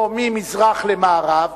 או ממזרח למערב,